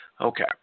Okay